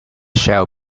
shall